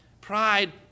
Pride